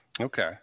Okay